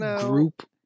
group